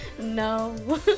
No